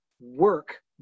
work